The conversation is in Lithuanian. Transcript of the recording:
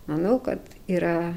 manau kad yra